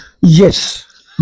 Yes